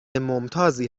ممتازی